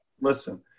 listen